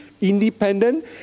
independent